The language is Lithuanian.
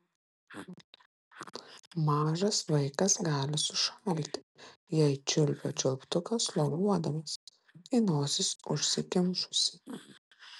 mažas vaikas gali sušalti jei čiulpia čiulptuką sloguodamas kai nosis užsikimšusi